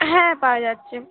হ্যাঁ পাওয়া যাচ্ছে